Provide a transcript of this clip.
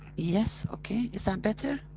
yes, okay, is that better?